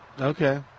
Okay